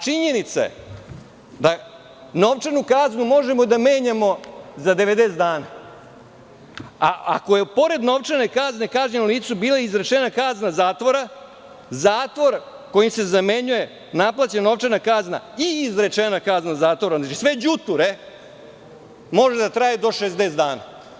Činjenica je da novčanu kaznu možemo da menjamo za 90 dana, a ako je pored novčane kazne kažnjenom licu bila izrečena kazna zatvora, zatvor kojim se zamenjuje naplaćena novčana kazna i izrečena kazna zatvora, znači sve đuture, može da traje do 60 dana.